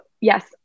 yes